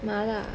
mala